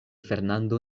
fernando